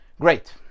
great